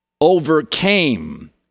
Overcame